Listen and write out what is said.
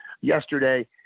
Yesterday